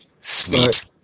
Sweet